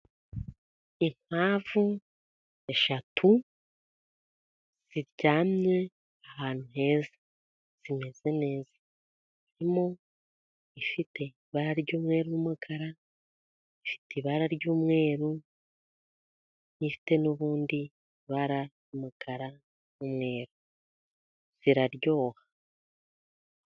Inkwavu eshatu ziryamye ahantu heza, zimeze neza imwe ifite ibara ry'umweru n'umukara, indi ifite ibara ry'umweru rifite n'ubundi n'umukara ziraryoha.